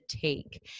take